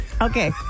Okay